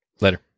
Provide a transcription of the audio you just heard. Later